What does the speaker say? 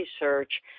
research